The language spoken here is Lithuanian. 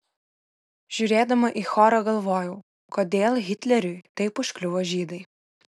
žiūrėdama į chorą galvojau kodėl hitleriui taip užkliuvo žydai